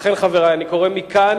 לכן, חברי, אני קורא מכאן,